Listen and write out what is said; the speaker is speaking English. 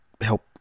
help